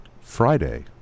Friday